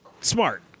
smart